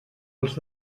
als